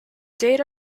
date